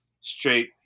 straight